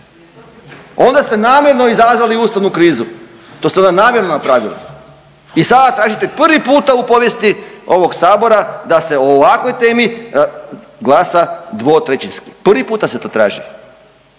Onda ste namjerno izazvali ustavnu krizu, to ste onda namjerno napravili i sada tražite prvi puta u povijesti ovog Sabora da se o ovakvoj temi glasa dvotrećinski. Prvi puta se to traži.